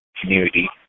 community